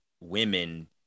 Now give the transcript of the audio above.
women